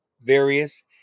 various